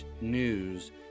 news